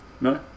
no